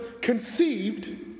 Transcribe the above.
conceived